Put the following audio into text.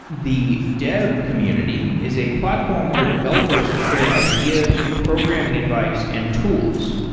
the dev community is a platform where developers share ideas, programming advice and tools.